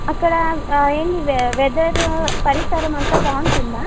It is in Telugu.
అక్కడ ఏమి వెదర్ పరిసరం అంత బాగుంటుందా